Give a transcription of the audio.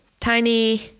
tiny